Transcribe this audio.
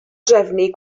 drefnu